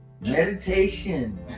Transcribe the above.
Meditation